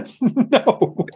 no